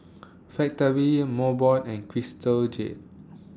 Factorie Mobot and Crystal Jade